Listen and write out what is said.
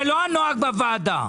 זה לא הנוהג בוועדה.